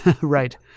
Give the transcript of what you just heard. Right